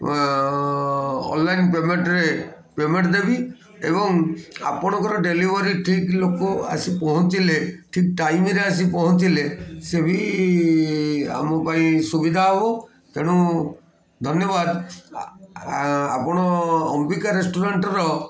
online ପେମେଣ୍ଟରେ payment ଦେବି ଏବଂ ଆପଣଙ୍କର ଡେଲିଭରି ଠିକ୍ ଲୋକ ଆସି ପହଞ୍ଚିଲେ ଠିକ୍ ଟାଇମ୍ରେ ଆସି ପହଞ୍ଚିଲେ ସେ ବି ଆମ ପାଇଁ ସୁବିଧା ହେବ ତେଣୁ ଧନ୍ୟବାଦ ଆପଣ ଅମ୍ବିକା ରେଷ୍ଟୁରାଣ୍ଟର